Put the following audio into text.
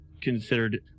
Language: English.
considered